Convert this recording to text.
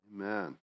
amen